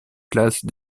classe